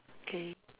K